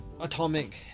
atomic